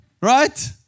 right